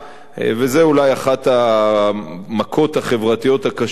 וזאת אולי אחת המכות החברתיות הקשות ביותר,